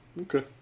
Okay